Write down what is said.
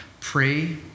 Pray